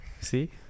See